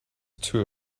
two